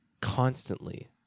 constantly